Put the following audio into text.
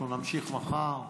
אנחנו נמשיך מחר.